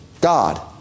God